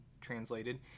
translated